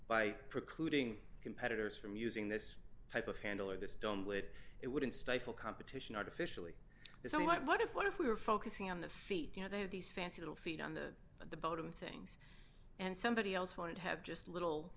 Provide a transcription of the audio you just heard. by precluding competitors from using this type of handle or this don't would it wouldn't stifle competition artificially somewhat but if what if we were focusing on the seat you know they have these fancy little feet on the the bottom things and somebody else wanted to have just a little